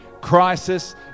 crisis